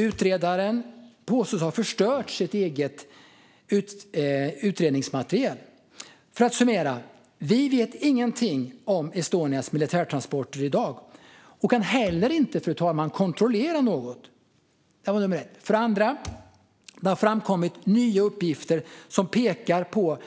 Utredaren påstod sig ha förstört sitt eget utredningsmaterial. Låt mig summera: Vi vet ingenting om Estonias militärtransporter i dag och kan heller inte, fru talman, kontrollera något. För det andra: Det har framkommit nya uppgifter som pekar på